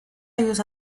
años